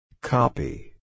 Copy